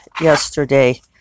yesterday